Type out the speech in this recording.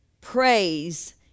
praise